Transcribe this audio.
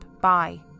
Bye